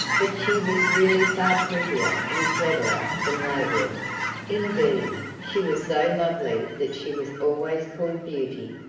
but she was really far prettier and cleverer than they were indeed, she was so lovely that she was always called beauty.